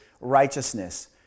righteousness